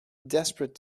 desperate